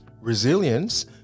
Resilience